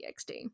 TXT